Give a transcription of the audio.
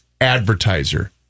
advertiser